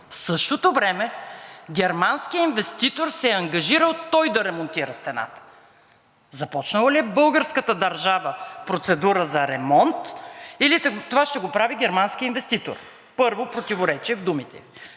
В същото време германският инвеститор се ангажирал той да ремонтира стената. Започнала ли е българската държава процедура за ремонт, или това ще го прави германският инвеститор? Първо противоречие в думите